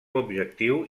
objectiu